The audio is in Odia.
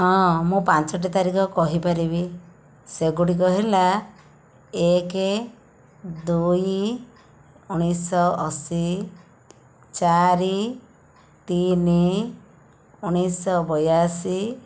ହଁ ମୁଁ ପାଞ୍ଚଟି ତାରିଖ କହିପାରିବି ସେଗୁଡ଼ିକ ହେଲା ଏକ ଦୁଇ ଉଣେଇଶ ଅଶି ଚାରି ତିନି ଉଣେଇଶ ବୟାଅଶୀ